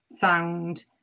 sound